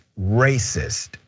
racist